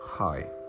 Hi